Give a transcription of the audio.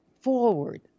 forward